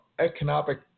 economic